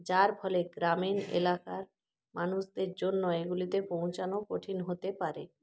যার ফলে গ্রামীণ এলাকার মানুষদের জন্য এইগুলিতে পৌঁছনো কঠিন হতে পারে